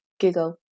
Google